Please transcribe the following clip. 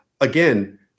again